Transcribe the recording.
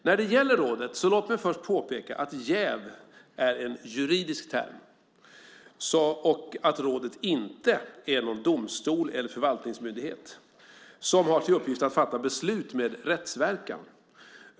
När det gäller rådet så låt mig först påpeka att jäv är en juridisk term och att rådet inte är någon domstol eller förvaltningsmyndighet som har till uppgift att fatta beslut med rättsverkan.